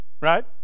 right